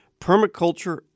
permaculture